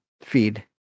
feed